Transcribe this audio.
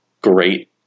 great